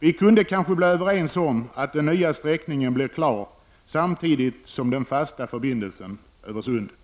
Vi kunde kanske bli överens om att den nya sträckningen blir klar samtidigt med den fasta förbindelsen över sundet.